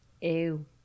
Ew